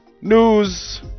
news